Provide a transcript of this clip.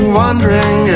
wondering